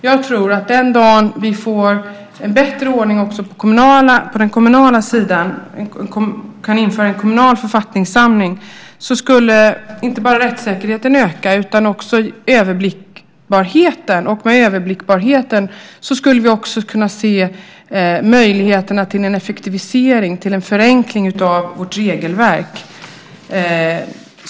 Jag tror att den dagen vi får en bättre ordning också på den kommunala sidan genom införandet av en kommunal författningssamling ökar inte bara rättssäkerheten utan även överblickbarheten. Genom överblickbarheten skulle vi dessutom kunna se möjligheterna till en effektivisering, en förenkling, av vårt regelverk.